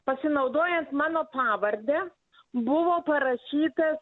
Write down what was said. pasinaudojęs mano pavarde buvo parašyta